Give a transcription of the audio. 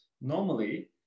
normally